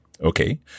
Okay